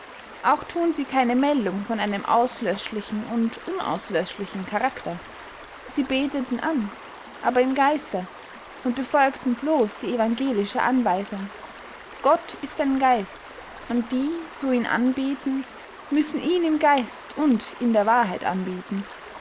auch thun sie keine meldung von einem auslöschlichen und unauslöschlichen charakter sie beteten an aber im geiste und befolgten blos die evangelische anweisung gott ist ein geist und die so ihn anbeten müssen ihn im geist und in der wahrheit anbeten